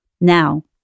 Now